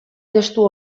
testu